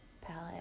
palette